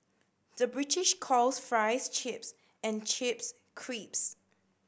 the British calls fries chips and chips crisps